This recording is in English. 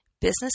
business